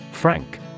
Frank